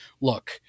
look